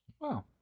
Wow